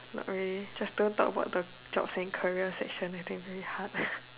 not really just don't talk about the jobs and career section I think very hard